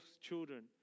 children